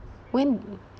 when